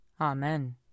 Amen